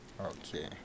Okay